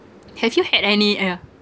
have you had any yeah